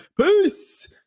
Peace